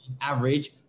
average